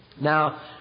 Now